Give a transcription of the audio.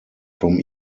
from